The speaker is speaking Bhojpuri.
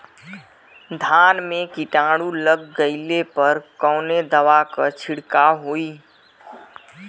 धान में कीटाणु लग गईले पर कवने दवा क छिड़काव होई?